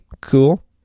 cool